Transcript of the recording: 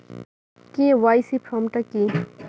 KYC form টা কি?